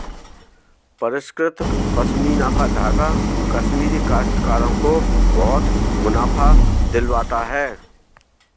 परिष्कृत पशमीना का धागा कश्मीरी काश्तकारों को बहुत मुनाफा दिलवाता है